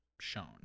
shown